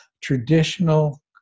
Traditional